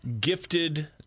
gifted